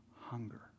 hunger